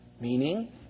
Meaning